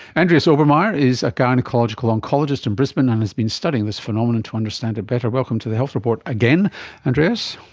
andreas obermair is a gynaecological oncologist in brisbane and um has been studying this phenomenon to understand it better. welcome to the health report again andreas.